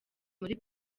muri